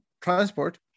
transport